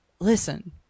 listen